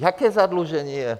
Jaké zadlužení je?